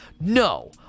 No